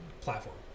platform